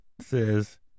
says